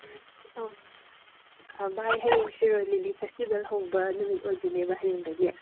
ꯚꯥꯏ ꯍꯌꯦꯡ Shirui lily festival ꯍꯧꯕ ꯅꯨꯃꯤꯠ ꯑꯣꯏꯗꯣꯏꯅꯦꯕ ꯍꯌꯦꯡꯗꯒꯤ